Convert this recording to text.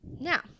Now